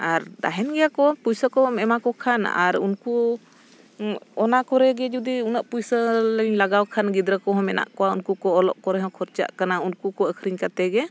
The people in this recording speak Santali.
ᱟᱨ ᱛᱟᱦᱮᱱ ᱜᱮᱭᱟ ᱠᱚ ᱯᱚᱭᱥᱟ ᱠᱚᱢ ᱮᱢᱟ ᱠᱚ ᱠᱷᱟᱱ ᱟᱨ ᱩᱱᱠᱩ ᱚᱱ ᱚᱱᱟ ᱠᱚᱨᱮ ᱜᱮ ᱡᱩᱫᱤ ᱩᱱᱟᱹᱜ ᱯᱚᱭᱥᱟ ᱞᱤᱧ ᱞᱟᱜᱟᱣ ᱠᱷᱟᱱ ᱜᱤᱫᱽᱨᱟᱹ ᱠᱚᱦᱚᱸ ᱢᱮᱱᱟᱜ ᱠᱚᱣᱟ ᱩᱱᱠᱩ ᱠᱚ ᱚᱞᱚᱜ ᱠᱚᱨᱮ ᱦᱚᱸ ᱠᱷᱚᱨᱪᱟᱜ ᱠᱟᱱᱟ ᱩᱱᱠᱩ ᱠᱚ ᱟᱹᱠᱷᱨᱤᱧ ᱠᱟᱛᱮᱫ ᱜᱮ